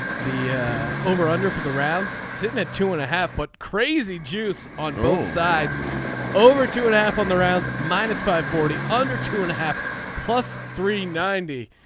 the over under for the rounds sitting at two and a half but crazy juice on both sides over two and a half on the rounds minus five forty under two and a half plus three ninety.